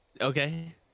okay